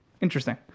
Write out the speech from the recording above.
interesting